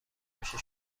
میشه